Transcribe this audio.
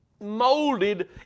molded